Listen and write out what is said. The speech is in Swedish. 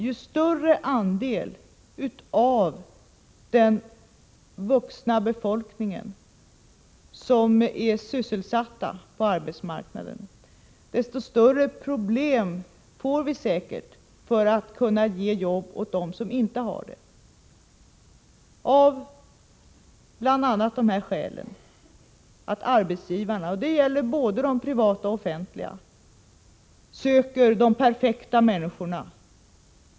Ju större andel av den vuxna befolkningen som är sysselsatt på arbetsmarknaden, desto större problem får vi självfallet med att ge jobb åt dem som inte har jobb. Arbetsgivarna — och det gäller både privata och offentliga arbetsgivare — söker de perfekta människorna.